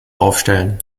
aufstellen